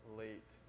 late